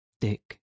Dick